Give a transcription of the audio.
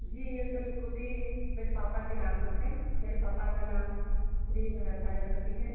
जी ये sir scooty मेरे पापा के नाम पर है मेरे पापा का नाम श्री भरत अलगनाथी है